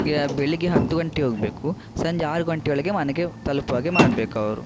ಬೆಳಗ್ಗೆ ಹತ್ತು ಗಂಟೆಗೆ ಹೋಗಬೇಕು ಸಂಜೆ ಆರು ಗಂಟೆ ಒಳಗೆ ಮನೆಗೆ ತಲುಪುವ ಹಾಗೆ ಮಾಡಬೇಕವರು